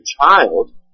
child